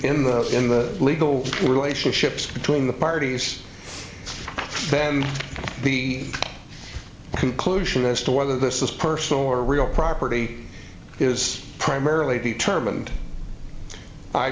in the in the legal relationships between the parties then the conclusion as to whether this is personal or real property is primarily the term and i